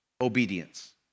obedience